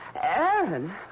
Aaron